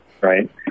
Right